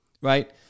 right